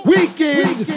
Weekend